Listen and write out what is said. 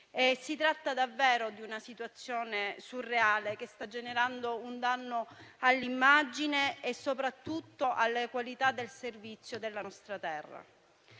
Si tratta davvero di una situazione surreale, che sta generando un danno all'immagine e soprattutto alla qualità del servizio della nostra terra.